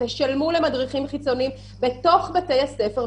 תשלמו למדריכים חיצוניים בתוך בתי הספר,